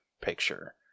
picture